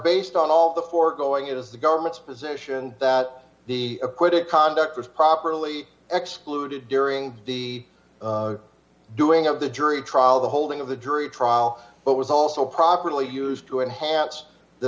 based on all the foregoing it is the government's position that the acquitted conduct was properly excluded during the doing of the jury trial the holding of the jury trial but was also properly used to enhance the